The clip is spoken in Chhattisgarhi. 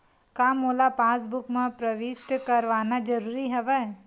का मोला पासबुक म प्रविष्ट करवाना ज़रूरी हवय?